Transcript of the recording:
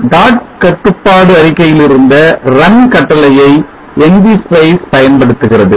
dot கட்டுப்பாடு அறிக்கையில் இருந்த run கட்டளையை Ngspice பயன்படுத்துகிறது